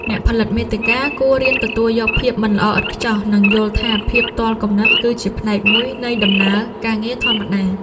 អ្នកផលិតមាតិកាគួររៀនទទួលយកភាពមិនល្អឥតខ្ចោះ និងយល់ថាភាពទាល់គំនិតគឺជាផ្នែកមួយនៃដំណើរការងារធម្មតា។